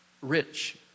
rich